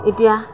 এতিয়া